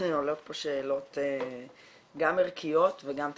עולות פה שאלות גם ערכיות וגם תקציביות.